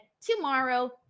tomorrow